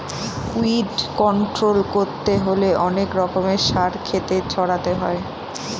weed control করতে হলে অনেক রকমের সার ক্ষেতে ছড়াতে হয়